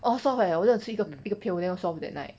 orh solve eh 我真的吃一个 pill then 我 solve that night